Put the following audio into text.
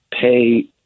pay